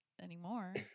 anymore